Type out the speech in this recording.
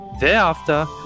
Thereafter